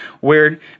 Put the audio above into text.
Weird